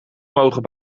mogen